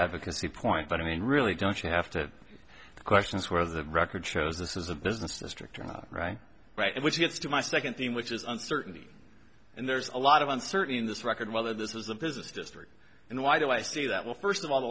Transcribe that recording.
advocacy point but i mean really don't you have to question is where the record shows this is a business district or not right right which gets to my second theme which is uncertainty and there's a lot of uncertainty in this record whether this is the business district and why do i see that well first of all the